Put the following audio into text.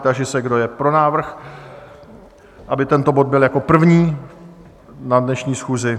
Táži se, kdo je pro návrh, aby tento bod byl jako první na dnešní schůzi?